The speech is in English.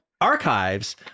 archives